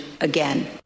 again